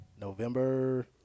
November